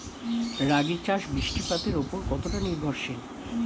রাগী চাষ বৃষ্টিপাতের ওপর কতটা নির্ভরশীল?